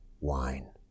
wine